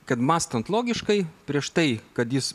kad mąstant logiškai prieš tai kad jis